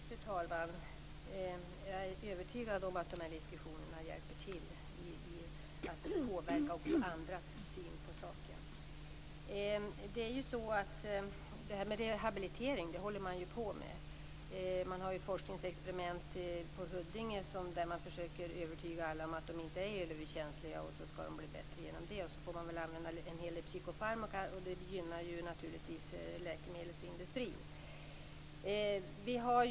Fru talman! Jag är övertygad om att de här diskussionerna är till hjälp och påverkar också andras syn på saken. Det här med rehabilitering håller man ju på med. Med forskningsexperiment på Huddinge försöker man övertyga människor om att de inte är elöverkänsliga och om att de skall bli bättre igen. Dessutom får man använda en hel del psykofarmaka, vilket naturligtvis gynnar läkemedelsindustrin.